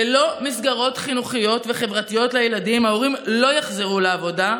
ללא מסגרות חינוכיות וחברתיות לילדים ההורים לא יחזרו לעבודה,